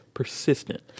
persistent